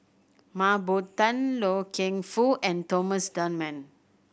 Mah Bow Tan Loy Keng Foo and Thomas Dunman